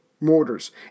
mortars